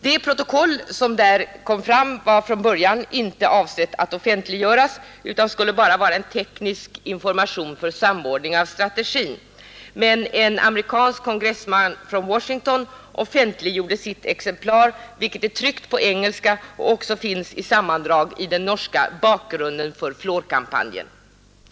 Det protokoll som upprättades var från början inte avsett att offentliggöras utan skulle bara vara en teknisk information för samordning av strategin. Men en amerikansk kongressman från Washington offentliggjorde sitt exemplar, vilket är tryckt på engelska och också finns i sammandrag i den norska Bakgrunnen for fluorkampanjen.